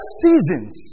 seasons